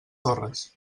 torres